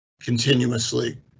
continuously